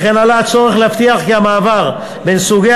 וכן עלה הצורך להבטיח כי המעבר בין סוגי